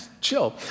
chill